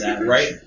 right